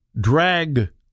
drag